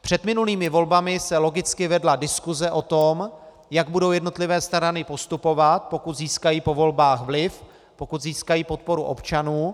Před minulými volbami se logicky vedla diskuse o tom, jak budou jednotlivé strany postupovat, pokud získají po volbách vliv, pokud získají podporu občanů.